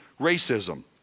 racism